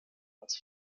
als